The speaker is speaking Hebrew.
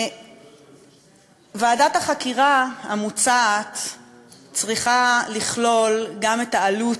ועדת החקירה המוצעת צריכה לכלול גם את העלות,